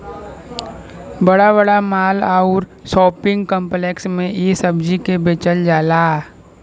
बड़ा बड़ा माल आउर शोपिंग काम्प्लेक्स में इ सब्जी के बेचल जाला